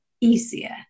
easier